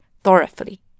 thoroughly